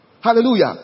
Hallelujah